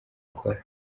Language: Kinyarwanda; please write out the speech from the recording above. ukora